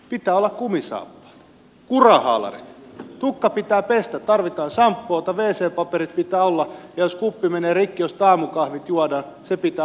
pitää olla kumisaappaat kurahaalarit tukka pitää pestä tarvitaan sampoota wc paperit pitää olla ja jos kuppi josta aamukahvit juodaan menee rikki se pitää uusia